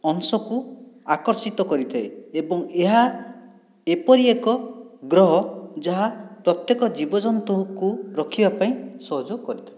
ଅଂଶକୁ ଆକର୍ଷିତ କରିଥାଏ ଏବଂ ଏହା ଏପରି ଏକ ଗ୍ରହ ଯାହା ପ୍ରତ୍ୟକ ଜୀବଜନ୍ତୁଙ୍କୁ ରଖିବା ପାଇଁ ସହଯୋଗ କରିଥାଏ